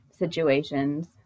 situations